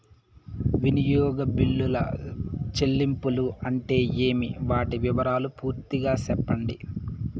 వినియోగ బిల్లుల చెల్లింపులు అంటే ఏమి? వాటి వివరాలు పూర్తిగా సెప్పండి?